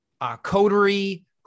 coterie